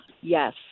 Yes